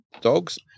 dogs